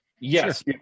Yes